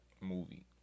movie